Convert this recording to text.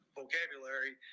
vocabulary